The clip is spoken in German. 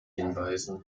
hinweisen